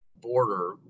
border